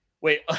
wait